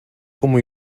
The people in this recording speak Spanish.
como